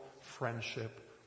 friendship